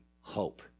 hope